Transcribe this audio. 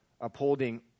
upholding